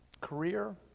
career